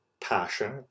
Passion